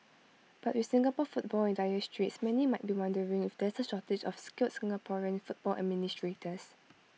but with Singapore football in dire straits many might be wondering if there's A shortage of skilled Singaporean football administrators